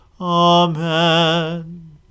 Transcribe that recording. Amen